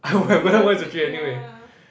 you wouldn't ya